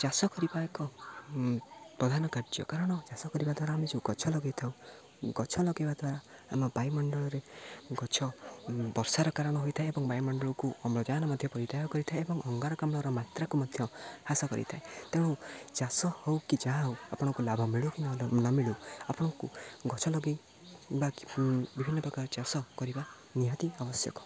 ଚାଷ କରିବା ଏକ ପ୍ରଧାନ କାର୍ଯ୍ୟ କାରଣ ଚାଷ କରିବା ଦ୍ୱାରା ଆମେ ଯୋଉଁ ଗଛ ଲଗେଇଥାଉ ଗଛ ଲଗେଇବା ଦ୍ୱାରା ଆମ ବାୟୁମଣ୍ଡଳରେ ଗଛ ବର୍ଷାର କାରଣ ହୋଇଥାଏ ଏବଂ ବାୟୁମଣ୍ଡଳକୁ ଅମ୍ଳଜାନ ମଧ୍ୟ ପରିତ୍ୟାଗ କରିଥାଏ ଏବଂ ଅଙ୍ଗାରକାମ୍ଳର ମାତ୍ରାକୁ ମଧ୍ୟ ହ୍ରାସ କରିଥାଏ ତେଣୁ ଚାଷ ହଉ କି ଯାହା ହଉ ଆପଣଙ୍କୁ ଲାଭ ମିଳୁ କି ନ ମିଳୁ ଆପଣଙ୍କୁ ଗଛ ଲଗେଇ ବା ବିଭିନ୍ନ ପ୍ରକାର ଚାଷ କରିବା ନିହାତି ଆବଶ୍ୟକ